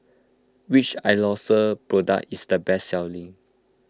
which Isocal product is the best selling